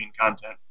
content